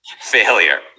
failure